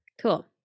Cool